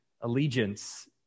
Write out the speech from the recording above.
allegiance